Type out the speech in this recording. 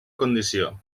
condició